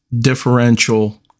differential